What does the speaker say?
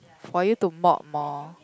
for you to mop more